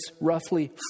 roughly